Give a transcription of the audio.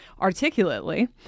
articulately